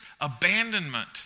abandonment